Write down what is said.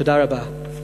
תודה רבה.